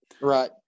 Right